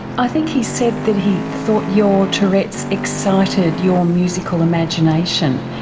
i think he said that he thought your tourette's excited your musical imagination.